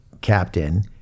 captain